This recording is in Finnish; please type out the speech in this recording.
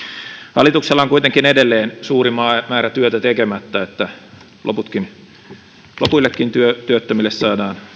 hallituksella on kuitenkin edelleen suuri määrä työtä tekemättä niin että lopuillekin työttömille saadaan